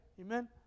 Amen